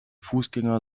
fußgänger